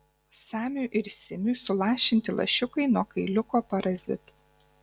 samiui ir simiui sulašinti lašiukai nuo kailiuko parazitų